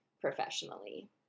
professionally